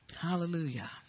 Hallelujah